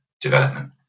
development